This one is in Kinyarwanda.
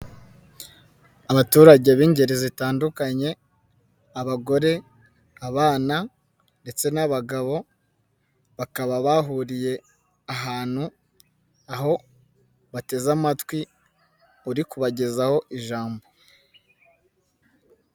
Abaturage b'ingeri zitandukanye: abagore, abana ndetse n'abagabo, bakaba bahuriye ahantu aho bateze amatwi uri kubagezaho ijambo.